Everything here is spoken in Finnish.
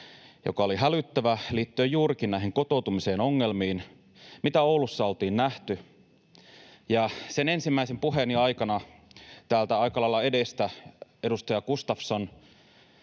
joka oli hälyttävä, liittyen juurikin näihin kotoutumisen ongelmiin, mitä Oulussa oltiin nähty. Sen ensimmäisen puheeni aikana täältä aika lailla edestä edustaja Gustafsson